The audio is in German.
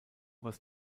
was